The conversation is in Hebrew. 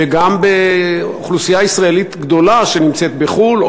וגם באוכלוסייה ישראלית גדולה שנמצאת בחו"ל,